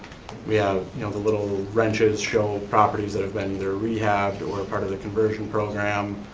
we have you know the little wrenches show properties that have been either rehabbed or part of the conversion program.